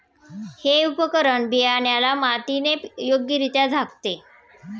हे उपकरण बियाण्याला मातीने योग्यरित्या झाकते